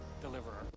deliverer